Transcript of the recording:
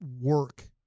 work